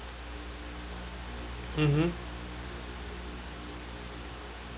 mmhmm